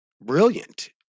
brilliant